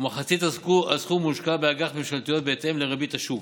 ומחצית הסכום מושקע באג"ח ממשלתיות בהתאם לריבית השוק.